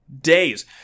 days